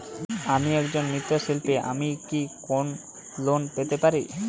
আমি একজন মৃৎ শিল্পী আমি কি কোন লোন পেতে পারি?